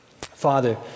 Father